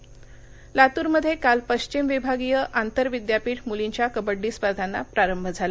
कबड्डी स्पर्धा लातूरमध्ये काल पश्चिम विभागीय आंतर विद्यापीठ मुलींच्या कवड्डी स्पर्धांना प्रारंभ झाला